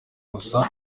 gusa